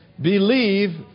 believe